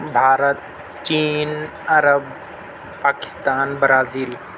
بھارت چین عرب پاکستان برازیل